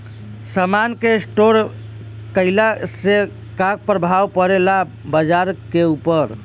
समान के स्टोर काइला से का प्रभाव परे ला बाजार के ऊपर?